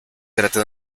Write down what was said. trata